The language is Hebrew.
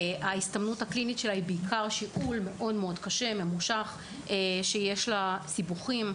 ההסתמנות הקלינית שלה היא שיעול קשה וממושך שיש לו סיבוכים,